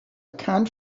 can’t